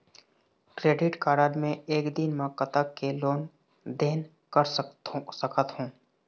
Credit card मे एक दिन म कतक के लेन देन कर सकत हो?